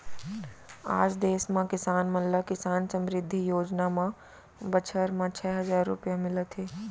आज देस म किसान मन ल किसान समृद्धि योजना म बछर म छै हजार रूपिया मिलत हे